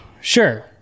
sure